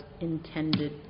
intended